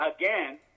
again